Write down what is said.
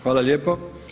Hvala lijepo.